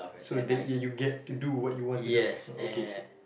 so that you you get to do what you want to do